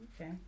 Okay